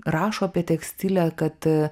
rašo apie tekstilę kad